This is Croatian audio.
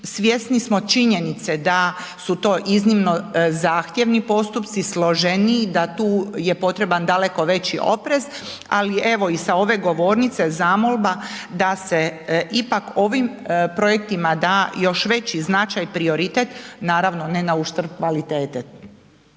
Svjesni smo činjenice da su to iznimno zahtjevni postupci, složeniji, da tu je potreban daleko veći oprez, ali evo i sa ove govornice zamolba da se ipak ovim projektima da još veći značaj i prioritet, naravno na uštrb kvalitete.